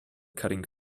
cutting